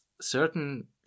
certain